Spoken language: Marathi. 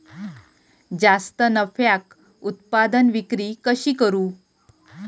जास्त नफ्याक उत्पादन विक्री कशी करू?